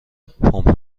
پمپ